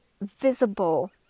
visible